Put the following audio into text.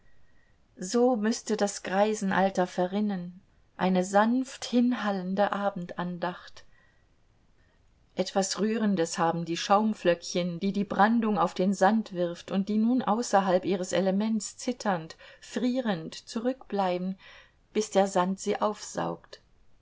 so müßte das greisenalter verrinnen eine sanft hinhallende abendandacht etwas rührendes haben die schaumflöckchen die die brandung auf den sand wirft und die nun außerhalb ihres elements zitternd frierend zurückbleiben bis der sand sie aufsaugt